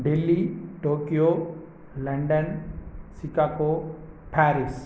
Delhi Tokyo London Chicago Paris